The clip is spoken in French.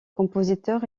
compositeur